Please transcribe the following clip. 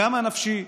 גם הנפשי,